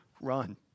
run